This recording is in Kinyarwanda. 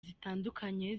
zitandukanye